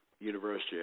University